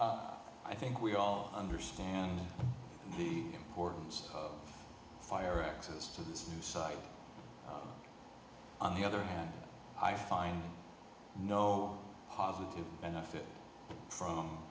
concern i think we all understand the importance of fire access to this new site on the other hand i find no positive benefit from